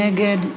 ומי נגד?